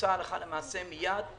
יבוצע הלכה למעשה מיד.